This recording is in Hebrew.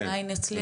אולי אני אצליח?